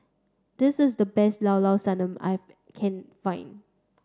this is the best Llao Llao Sanum I can find